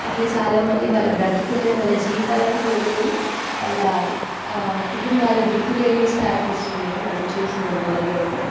అట్లా చాలామంది వాళ్ళ బ్రతుకులను వాళ్ళ జీవితాలను కోల్పోయి వాళ్ళ కుటుంబాలు దిక్కులేని స్థాయికి వస్తున్నాయి మనం చూసినంతవరకు అయితే